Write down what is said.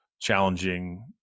challenging